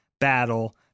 battle